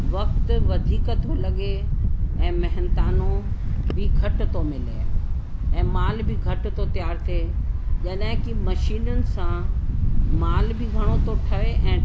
वक़्तु वधीक थो लॻे ऐं महिनताणो बि घटि थो मिले ऐं माल बि घटि थो तयार थिए जॾहिं कि मशीनियुनि सां माल बि घणो थो ठहे ऐं